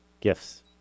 gifts